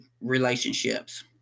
relationships